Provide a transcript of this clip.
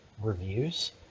reviews